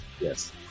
Yes